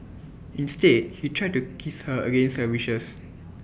instead he tried to kiss her against her wishes